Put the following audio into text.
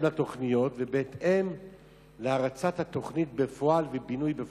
לתוכניות ובהתאם להרצת התוכנית בפועל ולבינוי בפועל.